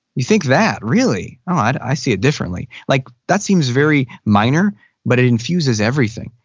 you think that? really? oh, and i see it differently. like that seems very minor but it infuses everything.